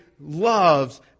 loves